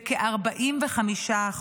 בכ-45%.